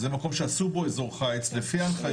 זה מקום שעשו בו אזור חיץ לפי ההנחיות של